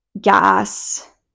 gas